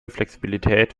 flexibilität